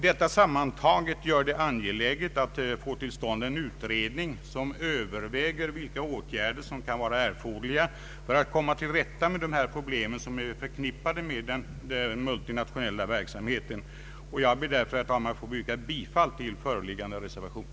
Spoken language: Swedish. Detta sammantaget gör det angeläget att få till stånd en utredning som överväger vilka åtgärder som kan vara erforderliga för att komma till rätta med de problem som är förknippade med den multinationella verksamheten. Jag ber därför, herr talman, att få yrka bifall till föreliggande reservation.